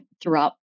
throughout